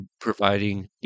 providing